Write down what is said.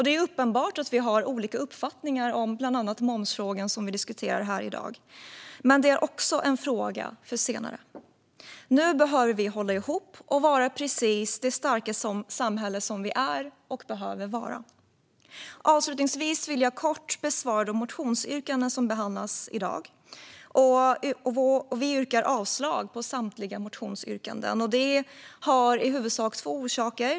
Det är uppenbart att vi har olika uppfattningar om bland annat momsfrågan, som vi diskuterar här i dag. Men det är också en senare fråga. Nu behöver vi hålla ihop och vara precis det starka samhälle som vi är och behöver vara. Avslutningsvis vill jag kort besvara de motionsyrkanden som behandlas i dag. Vi yrkar avslag på samtliga motionsyrkanden. Det har i huvudsak två orsaker.